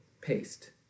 paste